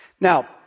Now